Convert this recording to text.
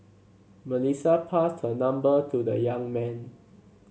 Melissa passed her number to the young man